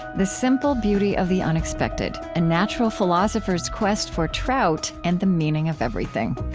the simple beauty of the unexpected a natural philosopher's quest for trout and the meaning of everything.